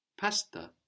Pasta